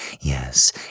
Yes